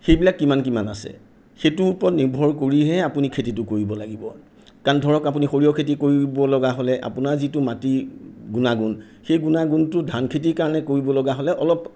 সেইবিলাক কিমান কিমান আছে সেইটোৰ ওপৰত নিৰ্ভৰ কৰিহে আপুনি খেতিটো কৰিব লাগিব কাৰণ ধৰক আপুনি সৰিয়হ খেতি কৰিব লগা হ'লে আপোনাৰ যিটো মাটিৰ গুণাগুণ সেই গুণাগুণটো ধান খেতিৰ কাৰণে কৰিব লগা হ'লে অলপ